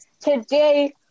Today